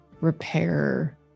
repair